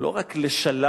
לא רק לשלל,